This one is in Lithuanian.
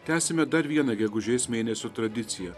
tęsiame dar vieną gegužės mėnesio tradiciją